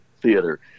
theater